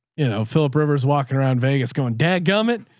you know, philip rivers walking around vegas, going dad, gum it,